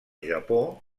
japó